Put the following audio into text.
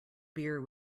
beer